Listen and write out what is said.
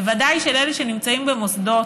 בוודאי של אלו שנמצאים במוסדות.